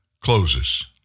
closes